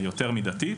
היותר מידתית,